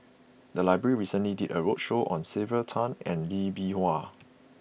the library recently did a roadshow on Sylvia Tan and Lee Bee Wah